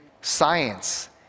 science